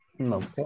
Okay